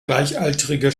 gleichaltrige